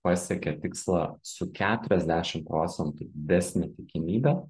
pasiekia tikslą su keturiasdešim procentų didesne tikimybe